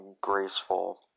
graceful